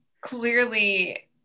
clearly